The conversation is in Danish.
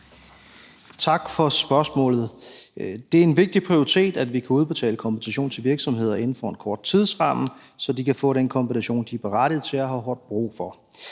Tak for spørgsmålet. Det er en vigtig prioritet, at vi kan udbetale kompensation til virksomheder inden for en kort tidsramme, så de kan få den kompensation, de er berettiget til og har hårdt brug for.